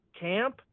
camp